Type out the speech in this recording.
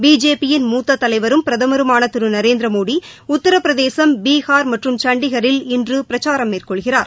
BJP யின் மூத்த தலைவரும் பிரதமருமான திரு நரேந்திரமோடி உத்திரபிரதேசம் பீகார் மற்றும் சண்டிகரில் இன்று பிரச்சாரம் மேற்கொள்கிறார்